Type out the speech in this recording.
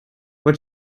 what